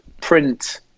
print